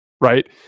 Right